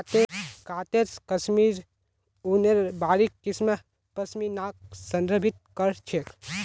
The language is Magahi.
काते कश्मीरी ऊनेर बारीक किस्म पश्मीनाक संदर्भित कर छेक